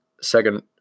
second